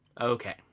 Okay